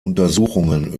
untersuchungen